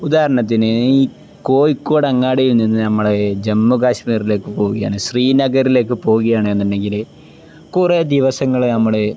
ഉദാഹരണത്തിന് ഈ കോഴിക്കോട് അങ്ങാടിയിൽ നിന്ന് നമ്മള് ജമ്മു കാശ്മീരിലേക്കു പോകുകയാണ് ശ്രീനഗറിലേക്കു പോവുകയാണെന്നുണ്ടെങ്കില് കുറേ ദിവസങ്ങള് നമ്മള്